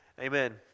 Amen